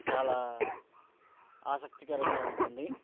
చాలా ఆసక్తికరంగా ఉంటుంది